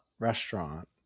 restaurant